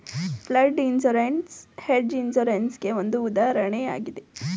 flood insurance hedge insurance ಗೆ ಒಂದು ಉದಾಹರಣೆಯಾಗಿದೆ